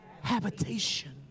habitation